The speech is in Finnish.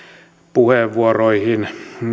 puheenvuoroihin